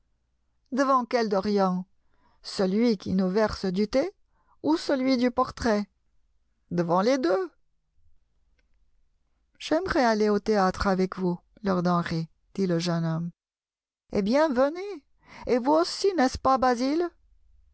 devant quel dorian celui qui nous verse du thé ou celui du portrait devant les deux j'aimerais aller au théâtre avec vous lord henry dit le jeune homme eh bien venez et vous aussi n'est-ce pas basil